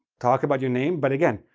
talk about your name. but, again,